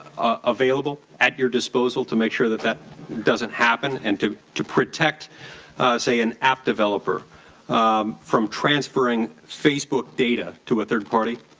available at your disposal to make sure that that doesn't happen and to to protect say an app developer from transferring facebook data to a third party?